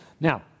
Now